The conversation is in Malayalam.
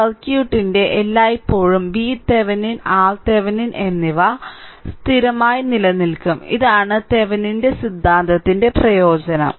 സർക്യൂട്ടിന്റെ എല്ലായ്പ്പോഴും VThevenin RThevenin എന്നിവ സ്ഥിരമായി നിലനിൽക്കും ഇതാണ് തെവെനിന്റെ സിദ്ധാന്തത്തിന്റെ പ്രയോജനം